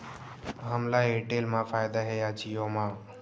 हमला एयरटेल मा फ़ायदा हे या जिओ मा?